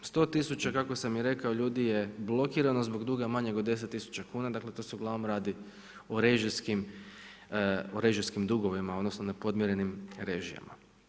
100 tisuća kako sam i rekao ljudi je blokirano zbog duga manjeg od 10 tisuća kuna, dakle tu se uglavnom radi o režijskim dugovima odnosno o nepodmirenim režijama.